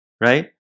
right